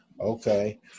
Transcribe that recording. Okay